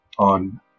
On